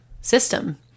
system